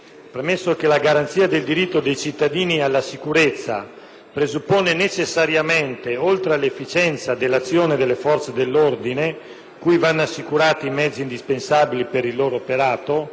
presuppone necessariamente, oltre all'efficienza dell'azione delle forze dell'ordine, cui vanno assicurati mezzi indispensabili per il loro operato, un sistema giudiziario efficiente per il cui miglioramento